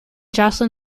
jocelyn